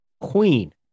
Queen